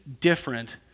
different